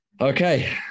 Okay